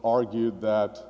argued that